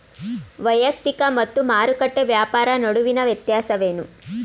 ವೈಯಕ್ತಿಕ ಮತ್ತು ಮಾರುಕಟ್ಟೆ ವ್ಯಾಪಾರ ನಡುವಿನ ವ್ಯತ್ಯಾಸವೇನು?